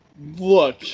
Look